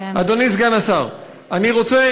אדוני סגן השר, אני רוצה